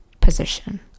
position